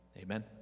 Amen